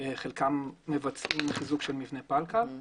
חלקם מבצעים חיזוק של מבני פלקל.